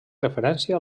referència